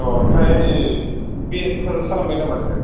अ ओमफ्राय बि एदफोर खालामबाय नामा नोङो